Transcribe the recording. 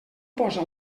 posa